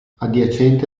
adiacente